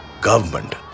government